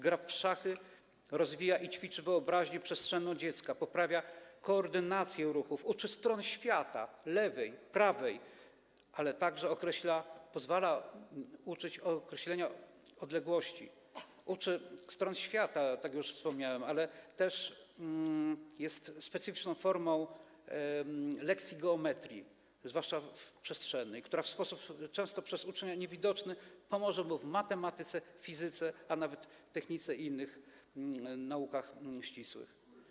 Gra w szachy rozwija i ćwiczy wyobraźnię przestrzenną dziecka, poprawia koordynację ruchów, uczy stron świata, lewej, prawej, ale także pozwala uczyć określania odległości, uczy stron świata, jak już wspomniałem, ale jest też specyficzną formą lekcji geometrii, zwłaszcza przestrzennej, co w sposób często dla ucznia niewidoczny pomoże mu w matematyce, fizyce, a nawet technice i innych naukach ścisłych.